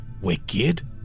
wicked